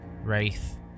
Wraith